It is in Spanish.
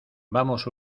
vamos